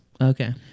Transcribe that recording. Okay